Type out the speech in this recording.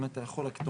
אם אתה יכול רק,